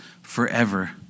forever